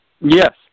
Yes